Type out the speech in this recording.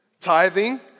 Tithing